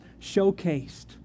showcased